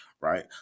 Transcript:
right